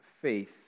faith